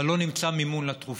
אבל לא נמצא מימון לתרופה.